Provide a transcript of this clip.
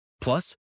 Plus